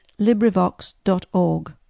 LibriVox.org